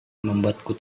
membuatku